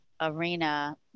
arena